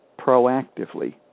proactively